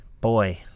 Boy